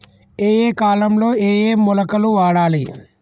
ఏయే కాలంలో ఏయే మొలకలు వాడాలి?